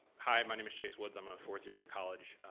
hi, my name is chase woods. i'm a fourth year in the college.